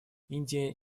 индия